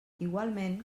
igualment